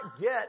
get